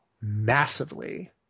massively